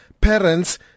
parents